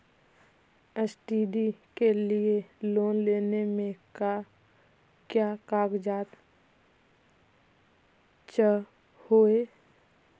Study के लिये loan लेने मे का क्या कागजात चहोये?